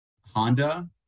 Honda